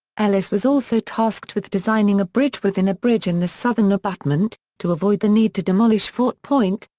ellis was also tasked with designing a bridge within a bridge in the southern abutment, to avoid the need to demolish fort point,